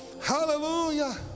hallelujah